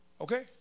Okay